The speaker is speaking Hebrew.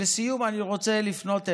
לסיום אני רוצה לפנות אלייך,